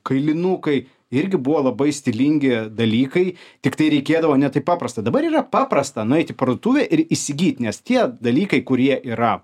kailinukai irgi buvo labai stilingi dalykai tiktai reikėdavo ne taip paprasta dabar yra paprasta nueit į parduotuvę ir įsigyt nes tie dalykai kurie yra